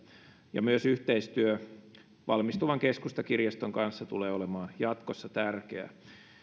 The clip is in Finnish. ja myös yhteistyö valmistuvan keskustakirjaston kanssa tulee olemaan jatkossa tärkeää